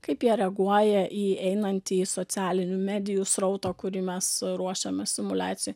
kaip jie reaguoja į einantį socialinių medijų srautą kurį mes ruošiame simuliacijoj